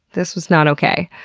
this was not okay.